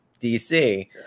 DC